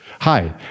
Hi